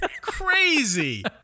Crazy